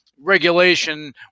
regulation